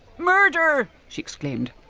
murder! she exclaimed,